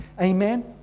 Amen